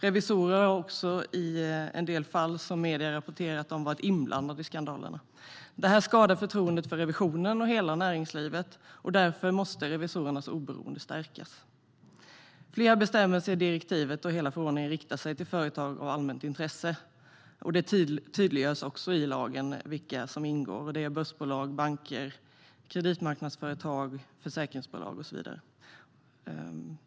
Revisorer har också i en del fall, som medier rapporterat om, varit inblandade i skandalerna. Det skadar förtroendet för revisionen och hela näringslivet. Därför måste revisorernas oberoende stärkas. Flera bestämmelser i direktivet och hela förordningen riktar sig till företag av allmänt intresse. Det tydliggörs också i lagen vilka som ingår: börsbolag, banker, kreditmarknadsföretag, försäkringsbolag och så vidare.